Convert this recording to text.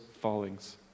fallings